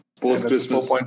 Post-Christmas